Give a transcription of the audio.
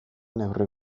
neurri